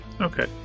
Okay